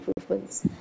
improvements